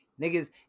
Niggas